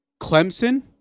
Clemson